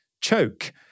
choke